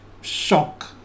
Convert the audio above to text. shock